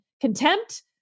contempt